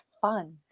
Fun